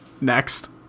Next